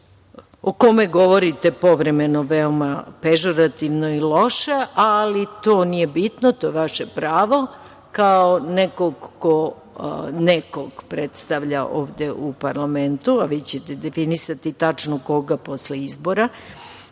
o kome govorite povremeno veoma pežurativno i loše. To nije bitno, to je vaše pravo kao neko nekoga predstavlja ovde u parlamentu, a vi ćete definisati tačno, koga posle izbora